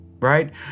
right